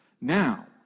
Now